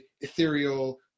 ethereal